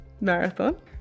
Marathon